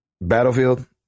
Battlefield